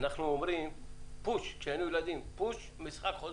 אנחנו אומרים פוס, משחק חוזר,